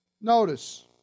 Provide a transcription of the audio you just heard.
notice